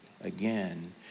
Again